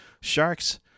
Sharks